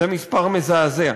זה מספר מזעזע.